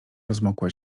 rozmokła